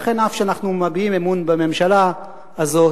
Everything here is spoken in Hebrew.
לכן, אף שאנחנו מביעים אמון בממשלה הזאת,